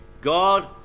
God